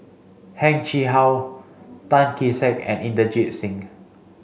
Heng Chee How Tan Kee Sek and Inderjit Singh